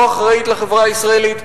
לא אחראית לחברה הישראלית,